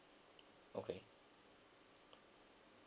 okay